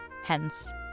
hence